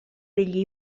degli